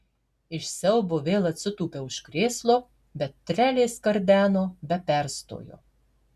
iš siaubo vėl atsitūpiau už krėslo bet trelė skardeno be perstojo